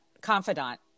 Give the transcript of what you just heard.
confidant